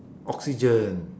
oxygen